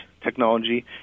technology